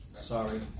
sorry